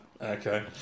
Okay